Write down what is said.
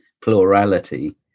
plurality